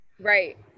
right